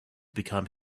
become